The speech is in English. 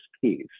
piece